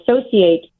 associate